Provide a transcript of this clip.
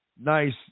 nice